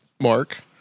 mark